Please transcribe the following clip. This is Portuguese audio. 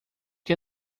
que